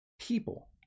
people